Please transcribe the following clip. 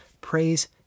Praise